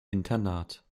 internat